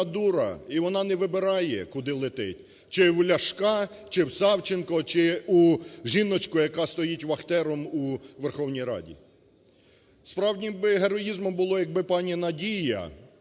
дура і вона не вибирає, куди летить: чи в Ляшка, чи в Савченко, чи у жіночку, яка стоїть вахтером у Верховній Раді. Справжнім би героїзмом було якби пані Надія...